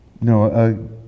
No